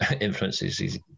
influences